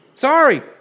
Sorry